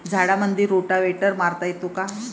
झाडामंदी रोटावेटर मारता येतो काय?